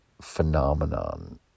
phenomenon